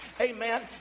Amen